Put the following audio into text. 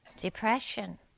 depression